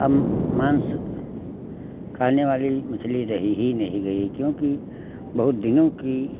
अब माँस खाने वाली मछली रही ही नहीं गई क्योंकि बहुत दिनों की